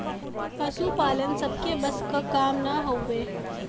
पसुपालन सबके बस क काम ना हउवे